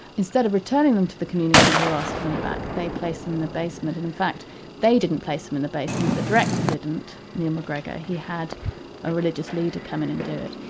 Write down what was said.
instead of returning them to the community who asked for them back, they placed them in the basement, and in fact they didn't place them in the basement, the director didn't, neil mcgregor, he had a religious leader come in and do it.